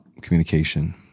communication